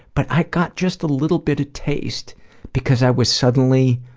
but i got just a little bit of taste because i was suddenly,